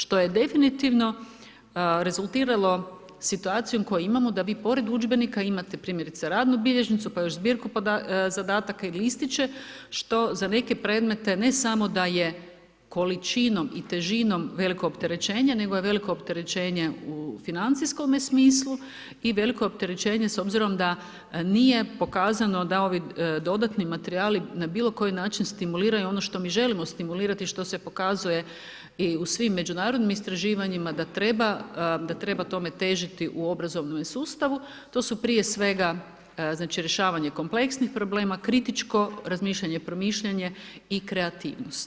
Što je definitivno rezultiralo situacijom koju imamo da vi pored udžbenika imate, primjerice, radnu bilježnicu, pa još zbirku zadataka i listiće, što za neke predmete ne samo da je količinom i težinom veliko opterećenje, nego je veliko opterećenje u financijskome smislu i veliko je opterećenje s obzirom da nije pokazano da ovi dodatni materijali na bilo koji način stimuliraju ono što mi želimo stimulirati, što se pokazuje i u svim međunarodnim istraživanjima da treba tome težiti u obrazovnome sustavu, a to su prije svega znači, rješavanje kompleksnih problema, kritičko razmišljanje, promišljanje i kreativnost.